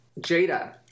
Jada